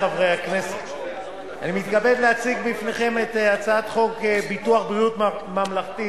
בסדר-היום: הצעת חוק ביטוח בריאות ממלכתי